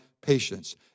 patience